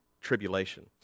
tribulation